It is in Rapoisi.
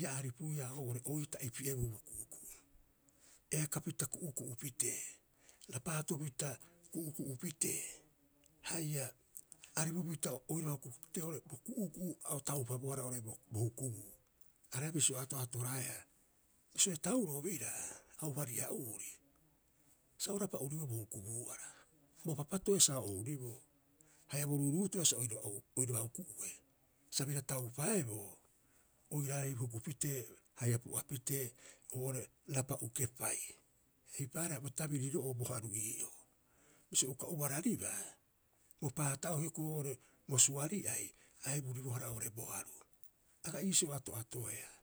ia aripuiia oo'ore o oita'i pie'oo oo'ore bo ku'uku'u, eakapita ku'uku'u pitee. Raapaato pita ku'uku'u pitee haia aripupita oiraba huku pitee bo ku'uku'u a o taupabohara oo'ore bo hukubuu. Areha bisio ato'atoraeea, bisio etauroo biraa aubari'uuri, sa o rapa'uriboo bo hukubuu'ara, bo papato'e sa o ouriboo haia bo ruuruuto'e sa oira oiraba huku'ue, sa bira taupaeboo oiraarei huku pitee haia pu'a pitee oo'ore rapa'u kepai. Eipaareha bo tabiriro'oo bo haru ii'oo. Bisio uka ubararibaa, bo paata'oo hioko'i oo'ore bo suari'ai, a eburibohara oo'ore bo haru' Aga iisio ato'atoeea.